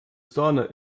sahne